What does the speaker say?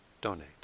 donate